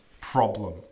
problem